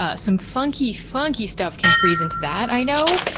ah some funky, funky stuff can freeze into that, i know.